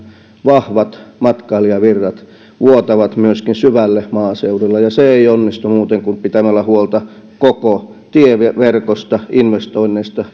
vahvat matkailijavirrat vuotavat myöskin syvälle maaseudulle ja se ei onnistu muuten kuin pitämällä huolta koko tieverkosta investoinneista